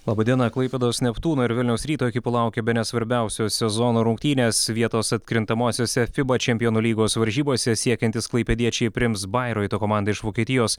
laba diena klaipėdos neptūno ir vilniaus ryto ekipų laukia bene svarbiausios sezono rungtynės vietos atkrintamosiose fiba čempionų lygos varžybose siekiantys klaipėdiečiai priims bairoito komandą iš vokietijos